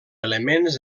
elements